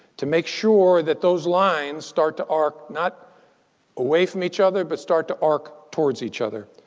to make sure that those lines start to arc not away from each other, but start to arc towards each other,